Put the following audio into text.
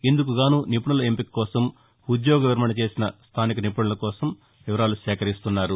ఇందుకుగాను నిపుణుల ఎంపిక కోసం ఉద్యోగ విరమణ చేసిన స్లానిక నిపుణుల వివరాలు సేకరిస్తున్నారు